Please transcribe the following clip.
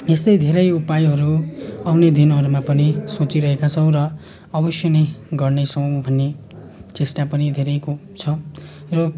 यस्तै धेरै उपायहरू आउने दिनहरूमा पनि सोचिरहेका छौँ र अवश्य नै गर्नेछौँ भन्ने चेष्टा पनि धेरैको छ र